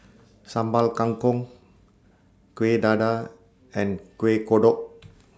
Sambal Kangkong Kuih Dadar and Kuih Kodok